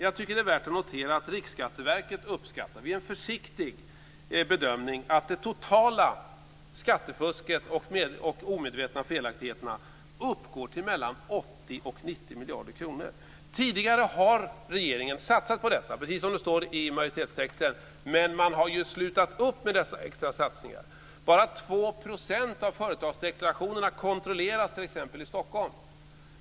Jag tycker att det är värt att notera att Riksskatteverket vid en försiktig bedömning uppskattar att det totala skattefusket och de omedvetna felaktigheterna uppgår till mellan 80 miljarder och 90 miljarder kronor. Tidigare har regeringen satsat på detta, precis som det står i majoritetstexten. Men man har ju slutat upp med dessa extra satsningar. Bara 2 % av företagsdeklarationerna kontrolleras t.ex. i Stockholm.